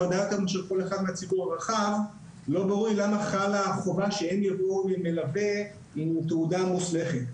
לא ברור למה חלה החובה שהם יבואו עם מלווה עם תעודה מוסמכת.